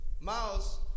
Miles